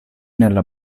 nella